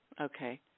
Okay